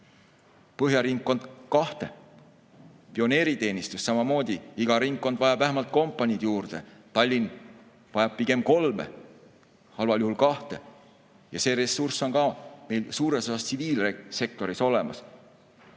kaitseringkond kahte. Pioneeriteenistusega on samamoodi: iga ringkond vajab vähemalt kompaniid juurde, Tallinn vajab pigem kolme, halvemal juhul kahte. Ka see ressurss on meil suures osas tsiviilsektoris olemas.